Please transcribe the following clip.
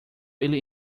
ele